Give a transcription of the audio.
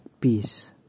Peace